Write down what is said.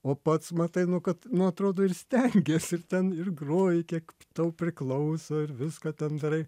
o pats matai kad nu atrodo ir stengiesi ir ten ir groji kiek tau priklauso ir viską ten darai